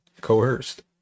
coerced